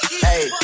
hey